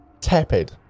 tepid